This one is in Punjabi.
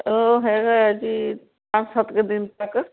ਹੈਗਾ ਹੈ ਜੀ ਪੰਜ ਸੱਤ ਕੁ ਦਿਨ ਤੱਕ